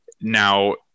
Now